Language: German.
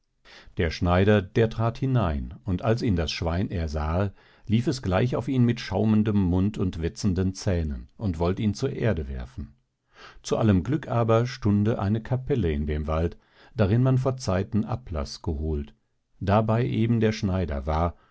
der schneider der trat hinein und als ihn das schwein ersahe lief es gleich auf ihn mit schaumendem mund und wetzenden zähnen und wollt ihn zur erde werfen zu allem glück aber stunde eine capelle in dem wald darin man vor zeiten ablaß geholt darbei eben der schneider war